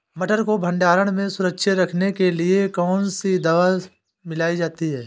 मटर को भंडारण में सुरक्षित रखने के लिए कौन सी दवा मिलाई जाती है?